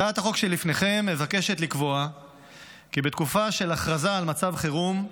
הצעת החוק שלפניכם מבקשת לקבוע כי בתקופה של הכרזה על מצב חירום,